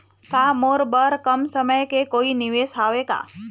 का मोर बर कम समय के कोई निवेश हावे का?